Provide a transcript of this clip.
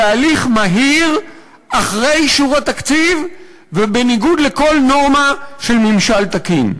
בהליך מהיר אחרי אישור התקציב ובניגוד לכל נורמה של ממשל תקין.